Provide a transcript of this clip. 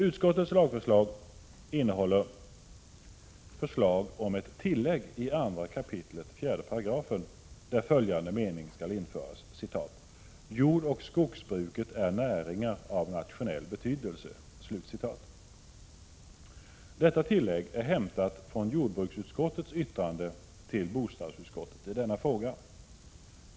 Utskottets lagförslag innehåller förslag om ett tillägg till 2 kap. 4 §, där följande mening skall införas: ”Jordoch skogsbruket är näringar av nationell betydelse.” Detta tillägg är hämtat från jordbruksutskottets yttrande till bostadsutskottet i denna fråga.